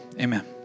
amen